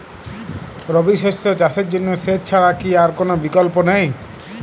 রবি শস্য চাষের জন্য সেচ ছাড়া কি আর কোন বিকল্প নেই?